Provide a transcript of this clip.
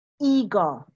eager